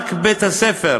רק בית-הספר